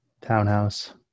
townhouse